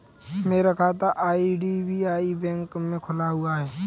मेरा खाता IDBI bank में खुला हुआ है